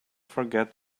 forget